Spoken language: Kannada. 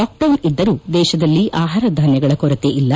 ಲಾಕ್ಡೌನ್ ಇದ್ದರೂ ದೇಶದಲ್ಲಿ ಆಹಾರ ಧಾನ್ಹಗಳ ಕೊರತೆ ಇಲ್ಲ